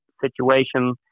situation